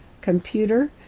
computer